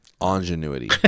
Ingenuity